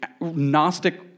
Gnostic